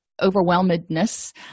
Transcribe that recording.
overwhelmedness